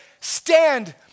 stand